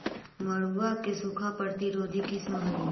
मड़ुआ के सूखा प्रतिरोधी किस्म हई?